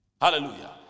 Hallelujah